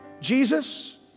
Jesus